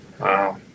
Wow